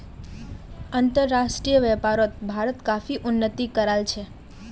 अंतर्राष्ट्रीय व्यापारोत भारत काफी उन्नति कराल छे